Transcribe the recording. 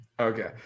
okay